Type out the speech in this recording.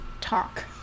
talk